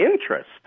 interest